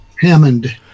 hammond